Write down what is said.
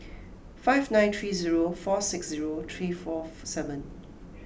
five nine three zero four six zero three four seven